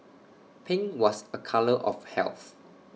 pink was A colour of health